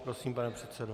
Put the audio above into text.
Prosím, pane předsedo.